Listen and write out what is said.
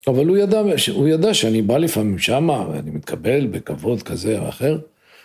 אבל הוא ידע, הוא ידע שאני בא לפעמים שם ואני מתקבל בכבוד כזה או אחר.